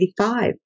1985